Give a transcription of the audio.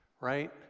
Right